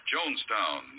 Jonestown